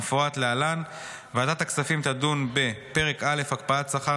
כמפורט להלן: ועדת הכספים תדון בפרק א' הקפאת שכר